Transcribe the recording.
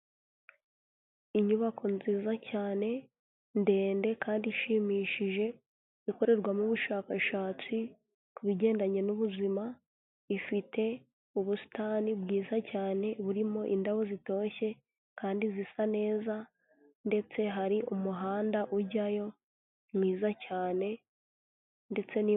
Inyubako nziza cyane ndende kandi ishimishije, ikorerwamo ubushakashatsi ku bigendanye n'ubuzima, ifite ubusitani bwiza cyane burimo indabo zitoshye kandi zisa neza ndetse hari umuhanda ujyayo mwiza cyane ndetse ni......